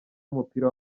w’umupira